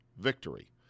victory